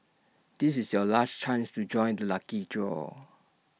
this is your last chance to join the lucky draw